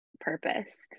purpose